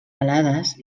alades